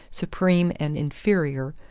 supreme and inferior,